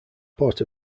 port